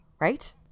Right